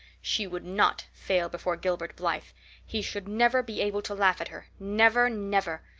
she would not fail before gilbert blythe he should never be able to laugh at her, never, never!